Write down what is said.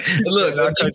look